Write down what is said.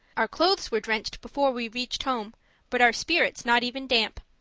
our clothes were drenched before we reached home but our spirits not even damp.